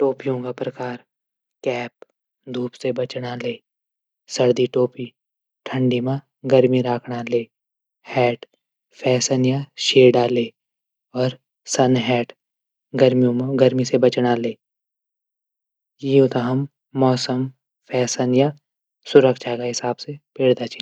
टोपियों क प्रकार कैप, धूप से बचणा ले। सर्दी टोपी। ठंडी मा गर्मी रखण लेक। हैड फैशन या शेडया ले। अर सन हैड गर्मियों मा गर्म से बचौणो ले। ये थे हम फैशन या मौसम सुरक्षा हिसाब से पैरदा छिन।